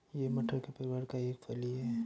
यह मटर के परिवार का एक फली है